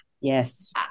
Yes